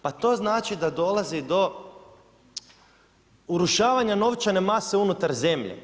Pa to znači da dolazi do urušavanja novčane mase unutar zemlje.